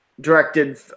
directed